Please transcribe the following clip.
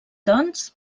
doncs